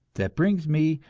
that brings me,